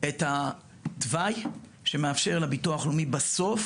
את התוואי שמאפשר לביטוח הלאומי בסוף